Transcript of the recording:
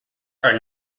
are